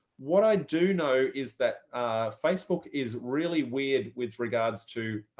what i do know is that facebook is really weird with regards to,